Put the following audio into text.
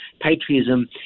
patriotism